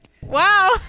Wow